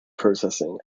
processing